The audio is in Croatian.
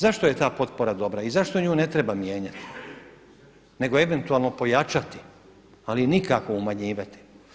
Zašto je ta potpora dobra i zašto nju ne treba mijenjati nego eventualno pojačati ali nikako umanjivati?